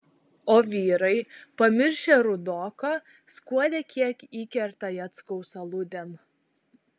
o vyrai pamiršę rudoką skuodė kiek įkerta jackaus aludėn